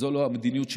זו לא המדיניות שלי,